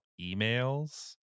emails